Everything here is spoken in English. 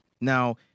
now